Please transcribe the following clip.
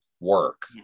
work